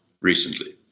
recently